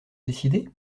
décidé